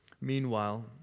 Meanwhile